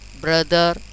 brother